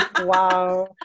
wow